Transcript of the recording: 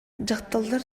дьахталлар